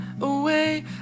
away